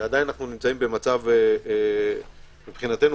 שעדיין אנו במצב מבחינתנו,